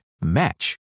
match